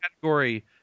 category